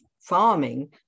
farming